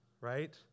right